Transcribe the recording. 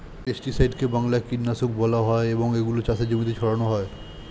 পেস্টিসাইডকে বাংলায় কীটনাশক বলা হয় এবং এগুলো চাষের জমিতে ছড়ানো হয়